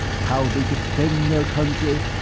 how they defend their country.